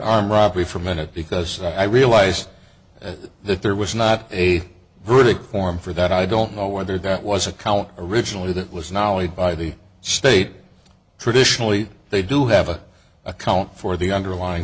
on robbery for a minute because i realized that there was not a verdict form for that i don't know whether that was a count originally that was not only by the state traditionally they do have an account for the underlying